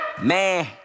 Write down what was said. Man